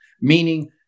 Meaning